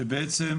שבעצם